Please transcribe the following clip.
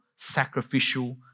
sacrificial